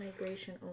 migration